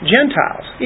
Gentiles